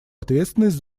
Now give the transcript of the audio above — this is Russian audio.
ответственность